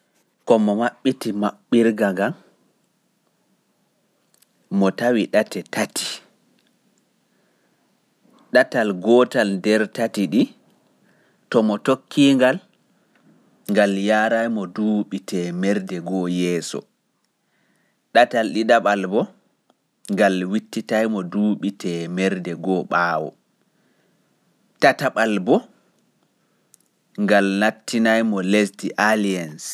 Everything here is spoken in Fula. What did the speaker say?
Ko mo maɓɓiti maɓɓirga ngam mo tawi ɗate tati, gotal yaraimo duuɓi temede (hundred years) yeeso, gotal duuɓi temedde(hundred) ɓaawo, gotal bo nastinaimo lesdi aliens.